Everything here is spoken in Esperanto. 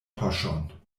poŝon